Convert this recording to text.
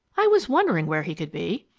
i was wondering where he could be.